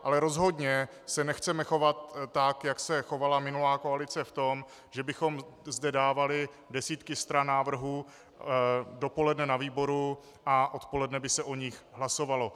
Ale rozhodně se nechceme chovat tak, jak se chovala minulá koalice v tom, že bychom i zde dávali desítky stran návrhů dopoledne na výboru a odpoledne by se o nich hlasovalo.